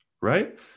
Right